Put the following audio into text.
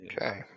Okay